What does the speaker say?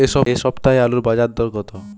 এ সপ্তাহে আলুর বাজার দর কত?